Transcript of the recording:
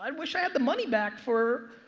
and wish i had the money back for.